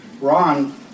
Ron